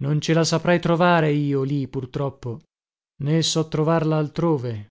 non ce la saprei trovare io lì purtroppo ne so trovarla altrove